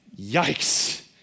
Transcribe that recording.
Yikes